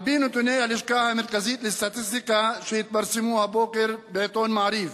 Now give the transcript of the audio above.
על-פי נתוני הלשכה המרכזית לסטטיסטיקה שהתפרסמו הבוקר בעיתון "מעריב",